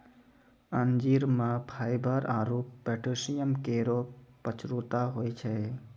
अंजीर म फाइबर आरु पोटैशियम केरो प्रचुरता होय छै